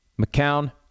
McCown